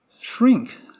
shrink